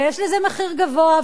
ויש לזה מחיר גבוה.